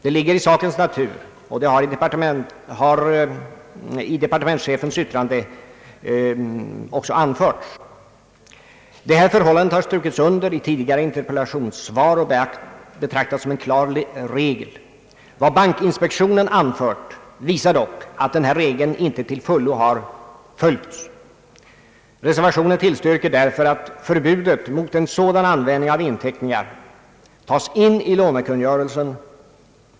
Det ligger i sakens natur, och det har också anförts i departementschefens yttrande. Förhållandet har strukits under i tidigare interpellationssvar och har betraktats som en klar regel. Vad bankinspektionen anfört visar dock att denna regel inte till fullo har följts. Reservationen tillstyrker därför att förbud mot en sådan användning av inteckningar tas in i lånekungörelsen.